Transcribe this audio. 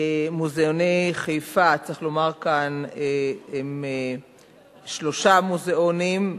מוזיאוני חיפה צריך לומר כאן הם שלושה מוזיאונים,